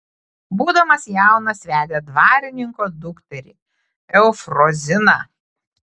būdamas jaunas vedė dvarininko dukterį eufroziną